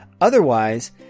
Otherwise